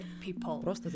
people